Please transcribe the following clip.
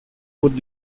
would